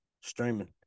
streaming